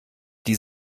die